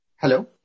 Hello